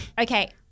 Okay